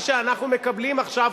מה שאנחנו מקבלים עכשיו,